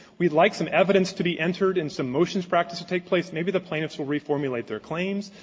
we'd like some evidence to be entered and some motions practice to take place. maybe the plaintiffs will reformulate their claims.